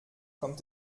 kommt